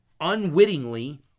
unwittingly